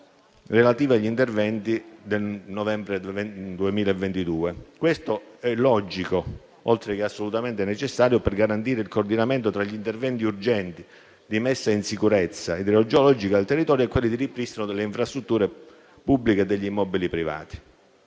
relativi agli interventi del novembre 2022. Questo è logico, oltre che assolutamente necessario, per garantire il coordinamento tra gli interventi urgenti di messa in sicurezza idrogeologica del territorio e quelli di ripristino delle infrastrutture pubbliche e degli immobili privati.